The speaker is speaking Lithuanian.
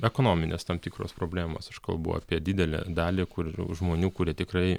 ekonominės tam tikros problemos aš kalbu apie didelę dalį kur žmonių kurie tikrai